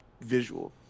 visual